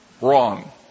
Wrong